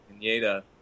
Pineda